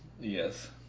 Yes